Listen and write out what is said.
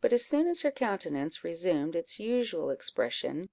but as soon as her countenance resumed its usual expression,